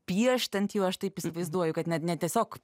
piešt ant jų aš taip įsivaizduoju kad net ne tiesiog